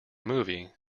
movie